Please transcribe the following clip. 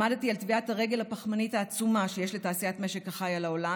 למדתי על טביעת הרגל הפחמנית העצומה שיש לתעשיית משק החי על העולם,